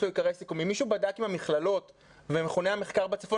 האם מישהו בדק עם המכללות ועם מכוני המחקר בצפון,